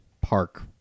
park